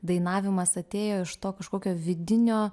dainavimas atėjo iš to kažkokio vidinio